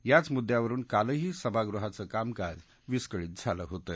याच मुद्दयावरुन कालही सभागृहाचं कामकाज विस्कळीत झालं होतं